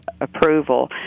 approval